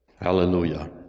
Hallelujah